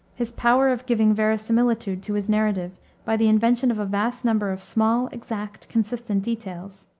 his power of giving veri-similitude to his narrative by the invention of a vast number of small, exact, consistent details.